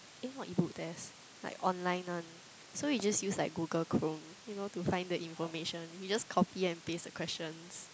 eh not E book test like online one so we just use like Google-Chrome you know to find the information we just copy and paste the questions